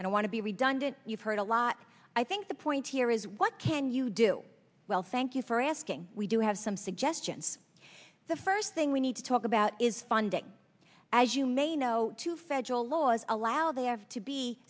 i don't want to be redundant you've heard a lot i think the point here is what can you do well thank you for asking we do have some suggestions the first thing we need to talk about is funding as you may know two federal laws allow they have to be